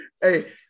Hey